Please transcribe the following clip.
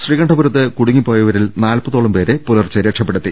ശ്രീകണ്ഠപുരത്ത് കുടുങ്ങിപ്പോയവരിൽ നാല്പ തോളം പേരെ രക്ഷപ്പെടുത്തി